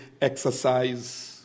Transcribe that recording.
exercise